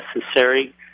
necessary